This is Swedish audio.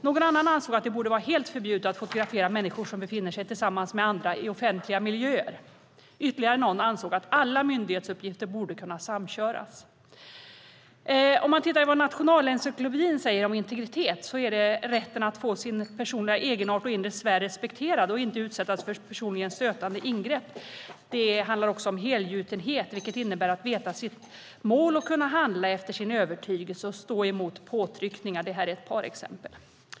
Någon annan ansåg att det borde vara helt förbjudet att fotografera människor som befinner sig tillsammans med andra i offentliga miljöer. Ytterligare någon ansåg att alla myndighetsuppgifter borde kunna samköras. Nationalencyklopedin skriver att integritet är rätten att få sin personliga egenart och inre sfär respekterad och att inte utsättas för personligen stötande ingrepp. Det handlar också om helgjutenhet, vilket innebär att veta sitt mål, att kunna handla efter sin övertygelse och att stå emot påtryckningar. Detta är ett par exempel.